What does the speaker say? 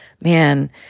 man